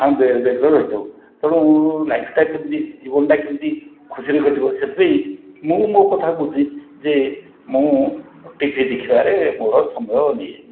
ଆମେ ବ୍ୟଗ୍ର ରହିଥାଉ ତେଣୁ ଲାଇଫଟା କେମତି ଜୀବନଟା କେମତି ଖୁସିରେ କଟିବ ସେଥିପାଇଁ ମୁଁ ମୋ କଥା ବୁଝି ଯେ ମୁଁ ଟି ଭି ଦେଖିବାରେ ମୋର ସମୟ ନିଏ